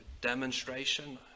demonstration